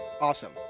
Awesome